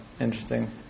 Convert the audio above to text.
interesting